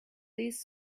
please